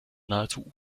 nahezu